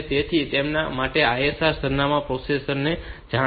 તેથી તેમના માટે ISR સરનામાં પ્રોસેસર ને જાણીતા છે